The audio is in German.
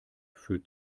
für